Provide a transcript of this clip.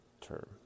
term